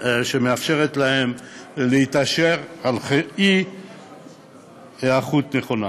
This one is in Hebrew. להתעשר על אי-היערכות נכונה.